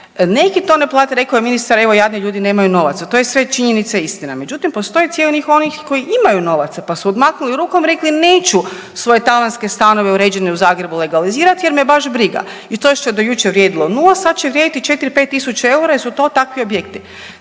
Neki to ne plate, rekao je ministar, evo, jadni ljudi, nemaju novaca. To je sve činjenica i istina, međutim, postoji cijeli .../Govornik se ne razumije./... koji imaju novaca pa su odmaknuli rukom i rekli neću svoje tavanske stanove uređene u Zagrebu legalizirati jer me baš briga i to što je do jučer vrijedilo 0, sad će vrijediti 4, 5 tisuća eura jer su to takvi objekti.